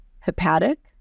hepatic